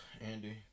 Andy